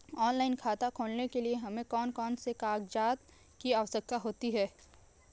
Online खाता खोलने के लिए हमें कौन कौन से कागजात की आवश्यकता होती है?